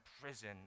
prison